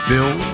Bill